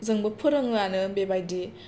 जोंबो फोरोङोआनो बेबायदि